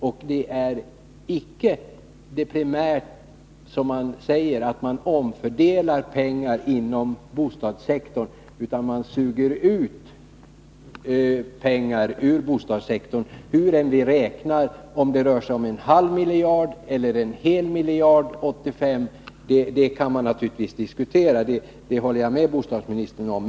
Men det är icke primärt så som man säger, att man omfördelar pengar inom bostadssektorn, utan man suger ut pengar ur bostadssektorn, hur vi än räknar — det må sedan röra sig om en halv miljard eller en hel miljard 1985. Detta kan man naturligtvis diskutera, det håller jag med bostadsministern om.